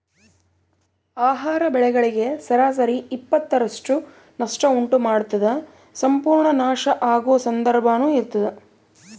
ಆಹಾರ ಬೆಳೆಗಳಿಗೆ ಸರಾಸರಿ ಇಪ್ಪತ್ತರಷ್ಟು ನಷ್ಟ ಉಂಟು ಮಾಡ್ತದ ಸಂಪೂರ್ಣ ನಾಶ ಆಗೊ ಸಂದರ್ಭನೂ ಇರ್ತದ